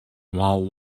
while